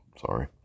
Sorry